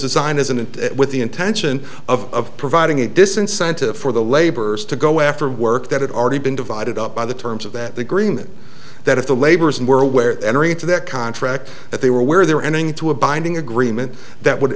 designed isn't it with the intention of providing a disincentive for the laborers to go after work that had already been divided up by the terms of that agreement that if the laborers and were aware entering into their contract that they were aware of their entering to a binding agreement that would